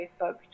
Facebook